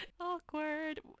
awkward